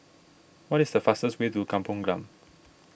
what is the fastest way to Kampong Glam